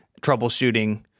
troubleshooting